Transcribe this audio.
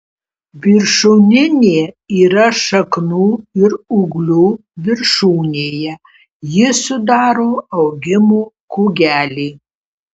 viršūninė yra šaknų ir ūglių viršūnėje ji sudaro augimo kūgelį